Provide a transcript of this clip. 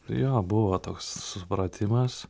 jo buvo toks supratimas